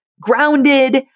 grounded